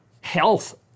health